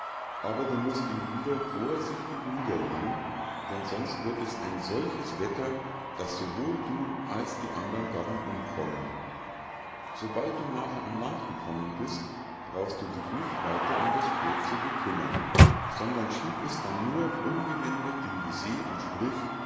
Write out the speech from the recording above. aber du musst ihn immer wieder vorsichtig niederlegen denn sonst wird es ein solches wetter daß sowohl du als die andern darin umkommen sobald du nachher ans land gekommen bist brauchst du dich nicht weiter um das boot zu bekümmern sondern schieb es dann nur umgewendet in die see und sprich